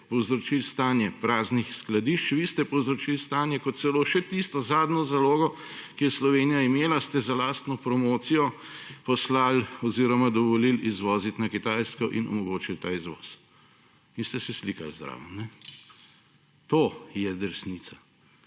povzročili stanje praznih skladišč, vi ste povzročili stanje, ko celo še tisto zadnjo zalogo, ki jo je Slovenija imela, ste za lastno promocijo poslali oziroma dovolili izvoziti na Kitajsko in omogočili ta izvoz. In ste se slikali zraven. To je resnica.